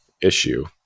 issue